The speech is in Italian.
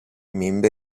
membri